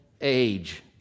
age